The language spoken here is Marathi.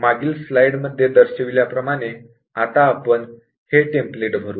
मागील स्लाइडमध्ये दर्शविल्याप्रमाणे आता आपण हे टेम्पलेट भरुया